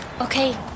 Okay